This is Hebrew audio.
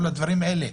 כל הדברים האלה.